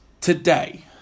Today